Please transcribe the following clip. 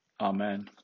amen